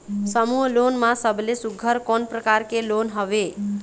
समूह लोन मा सबले सुघ्घर कोन प्रकार के लोन हवेए?